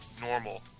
normal